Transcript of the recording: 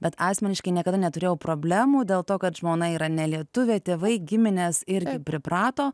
bet asmeniškai niekada neturėjau problemų dėl to kad žmona yra nelietuvė tėvai giminės irgi priprato